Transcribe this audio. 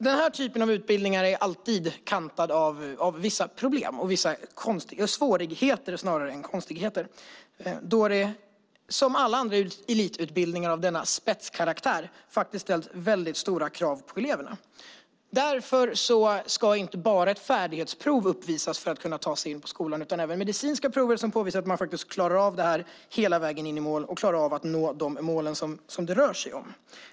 Denna typ av utbildningar är alltid kantad av vissa problem och svårigheter då den som alla andra elitutbildningar av denna spetskaraktär ställer höga krav på eleverna. Därför ska inte bara ett färdighetsprov uppvisas för att man ska kunna ta sig in på skolan, utan det ska även göras medicinska prover som visar att man klarar av utbildningen hela vägen in i mål och klarar av att nå de mål som det rör sig om.